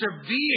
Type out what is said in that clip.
severe